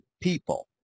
people